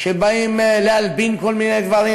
שבאים להלבין כל מיני דברים,